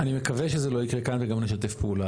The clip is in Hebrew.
אני מקווה שזה לא יקרה כאן וגם נשתף פעולה.